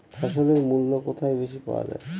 ফসলের মূল্য কোথায় বেশি পাওয়া যায়?